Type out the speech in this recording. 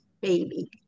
baby